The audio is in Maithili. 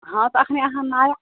हँ तऽ अखन अहाँ नया